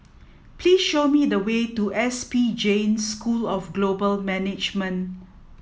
please show me the way to S P Jain School of Global Management